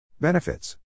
Benefits